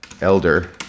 Elder